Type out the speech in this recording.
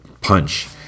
punch